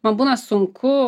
man būna sunku